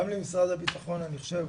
גם למשרד הבטחון אני חושב,